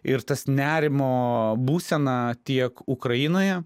ir tas nerimo būsena tiek ukrainoje